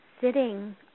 sitting